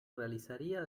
realizaría